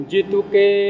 Jituke